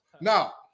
Now